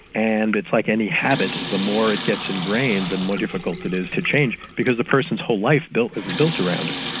and it's like any habit, the more it gets ingrained, the more difficult it is to change because the person's whole life is built around it.